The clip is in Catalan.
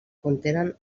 contenen